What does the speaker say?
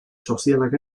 sozialak